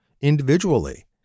individually